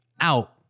out